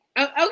okay